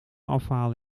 afhalen